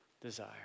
desire